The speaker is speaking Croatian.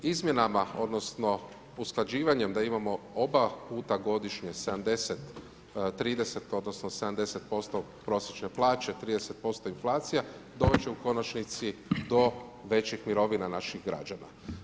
Izmjenama odnosno, usklađivanjem da imamo oba puta godišnje, 70, 30 odnosno, 70% prosječne plaće, 30% inflacija, dovesti će u konačnici do većih mirovina naših građana.